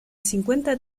cincuenta